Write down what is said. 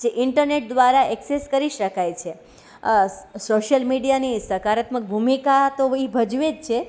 જે ઇન્ટરનેટ દ્વારા એક્સેસ કરી શકાય છે સોશિયલ મીડિયાની સકારાત્મક ભૂમિકા તો એ ભજવે છે